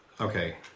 Okay